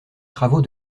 travaux